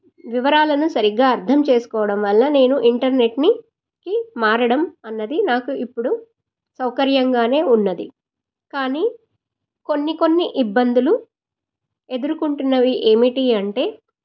వివరాలను సరిగ్గా అర్థం చేసుకోవడం వల్ల నేను ఇంటర్నెట్కి మారడం అన్నది నాకు ఇప్పుడు సౌకర్యంగా ఉన్నది కానీ కొన్ని కొన్ని ఇబ్బందులు ఎదుర్కొంటున్నవి ఏంటంటే